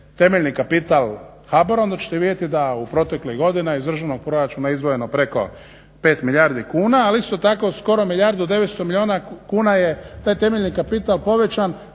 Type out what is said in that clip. temeljni kapital HBOR-a onda ćete vidjeti da u proteklih godina iz državnog proračuna izdvojeno preko 5 milijardi kuna ali isto tako skoro milijardu 900 milijuna kuna je taj temeljni kapital povećan